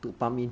to pump in